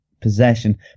possession